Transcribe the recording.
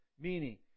Meaning